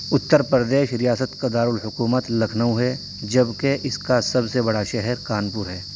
اتر پردیش ریاست کا دار الحکومت لکھنؤ ہے جب کہ اس کا سب سے بڑا شہر کانپور ہے